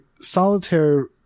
solitaire